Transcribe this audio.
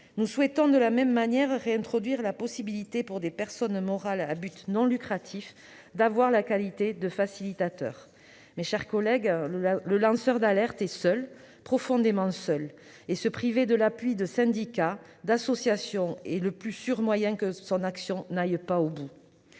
Nous souhaitons de la même manière réintroduire la possibilité pour des personnes morales à but non lucratif d'avoir la qualité de facilitateur. Mes chers collègues, le lanceur d'alerte est seul, profondément seul. Se priver de l'appui de syndicats ou d'associations, c'est le plus sûr moyen pour lui de voir son action ne pas aller au bout.